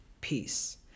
peace